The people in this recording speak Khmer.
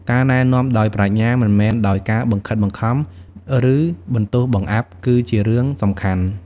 ការណែនាំដោយប្រាជ្ញា មិនមែនដោយការបង្ខិតបង្ខំ ឬបន្ទោសបង្អាប់ គឺជារឿងសំខាន់។